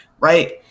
right